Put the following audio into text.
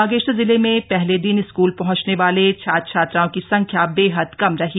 बागेश्वर जिले में पहले दिन स्कूल पहंचने वालों वाले छात्र छात्राओं की संख्या बेहद कम रही